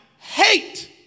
hate